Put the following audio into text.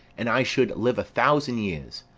an i should live a thousand yeas,